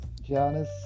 Giannis